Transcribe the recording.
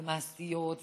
ומעשיות,